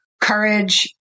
courage